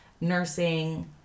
nursing